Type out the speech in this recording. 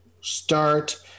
start